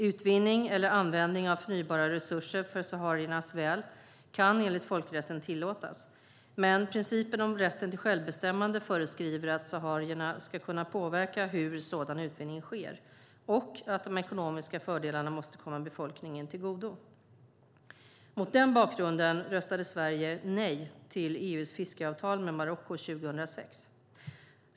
Utvinning eller användning av förnybara resurser för sahariernas väl kan enligt folkrätten tillåtas, men principen om rätten till självbestämmande föreskriver att saharierna ska kunna påverka hur sådan utvinning sker och att de ekonomiska fördelarna måste komma befolkningen till godo. Mot den bakgrunden röstade Sverige nej till EU:s fiskeavtal med Marocko 2006.